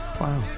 Wow